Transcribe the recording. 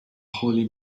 holy